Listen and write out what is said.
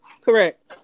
Correct